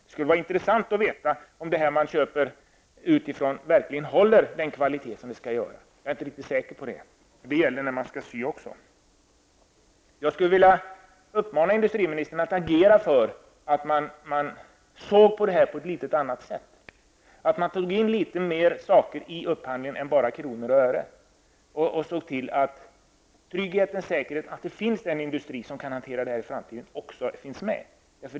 Det skulle varit intressant att få veta om det man köper utifrån verkligen håller förväntad kvalitet. Jag är inte riktigt säker på att så är fallet. Detta med kvaliteten gäller också sömnaden. Jag skulle vilja uppmana industriministern att agera så, att man ser på dessa saker litet annorlunda. Det behövs litet fler aspekter i upphandlingarna. Det går alltså inte att bara se till kronor och ören. Dessutom måste man se till säkerheten, tryggheten. Det måste alltså finnas en industri också i framtiden som kan hantera dessa saker.